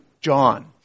John